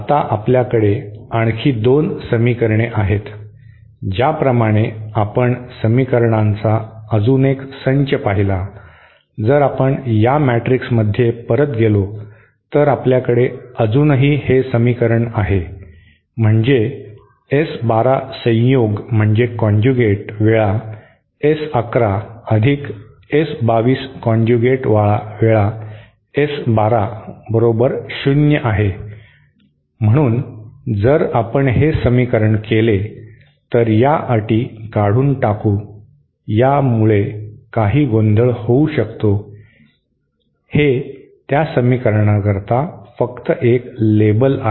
आता आपल्याकडे आणखी 2 समीकरणे आहेत ज्या प्रमाणे आपण समीकरणांचा अजून एक संच पाहिला जर आपण या मॅट्रिक्सकडे परत गेलो तर आपल्याकडे अजूनही हे समीकरण आहे म्हणजे S 1 2 संयोग म्हणजे काँजूगेट वेळा S 1 1 अधिक S 2 2 काँजूगेट वेळा S 1 2 बरोबर शून्य आहे म्हणून जर आपण हे समीकरण केले तर या अटी काढून टाकू या यामुळे काही गोंधळ होऊ शकतो हे त्या समीकरणाकरिता फक्त एक लेबल आहे